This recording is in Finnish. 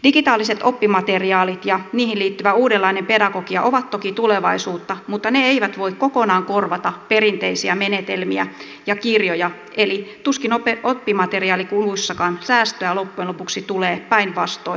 digitaaliset oppimateriaalit ja niihin liittyvä uudenlainen pedagogia ovat toki tulevaisuutta mutta ne eivät voi kokonaan korvata perinteisiä menetelmiä ja kirjoja eli tuskin oppimateriaalikuluissakaan säästöä loppujen lopuksi tulee päinvastoin